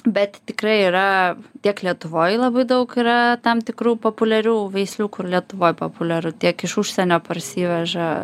bet tikrai yra tiek lietuvoj labai daug yra tam tikrų populiarių veislių kur lietuvoj populiaru tiek iš užsienio parsiveža